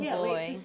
boy